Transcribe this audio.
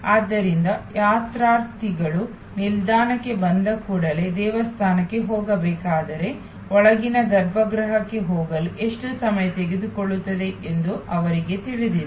ಆದ್ದರಿಂದ ಯಾತ್ರಾರ್ಥಿಗಳು ನಿಲ್ದಾಣಕ್ಕೆ ಬಂದ ಕೂಡಲೇ ದೇವಸ್ಥಾನಕ್ಕೆ ಹೋಗಬೇಕಾದರೆ ಒಳಗಿನ ಗರ್ಭಗೃಹಕ್ಕೆ ಹೋಗಲು ಎಷ್ಟು ಸಮಯ ತೆಗೆದುಕೊಳ್ಳುತ್ತದೆ ಎಂದು ಅವರಿಗೆ ತಿಳಿದಿದೆ